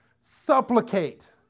supplicate